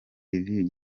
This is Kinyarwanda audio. review